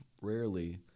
rarely